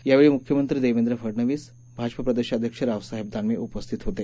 यावेळी मुख्यमंत्री देवेंद्र फडनवीस भाजपा प्रदेशाध्यक्ष रावसाहेब दानवे उपस्थित होते